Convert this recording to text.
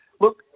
look